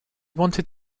wanted